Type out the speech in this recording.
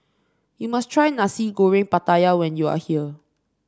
you must try Nasi Goreng Pattaya when you are here